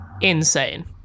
insane